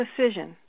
decision